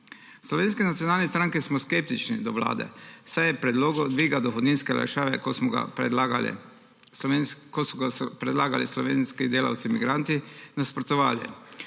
Slovenski nacionalni stranki smo skeptični do Vlade, saj so predlogu dviga dohodninske olajšave, kot so ga predlagali slovenski delavci migranti, nasprotovali.